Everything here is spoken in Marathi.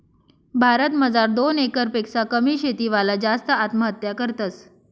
भारत मजार दोन एकर पेक्शा कमी शेती वाला जास्त आत्महत्या करतस